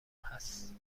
هست